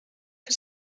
for